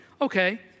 Okay